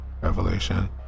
Revelation